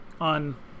on